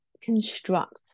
construct